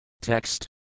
Text